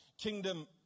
Kingdom